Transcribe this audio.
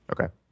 Okay